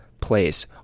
place